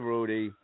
Rudy